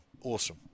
Awesome